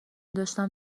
داشتم